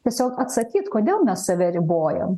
tiesiog atsakyt kodėl mes save ribojam